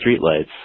streetlights